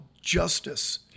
justice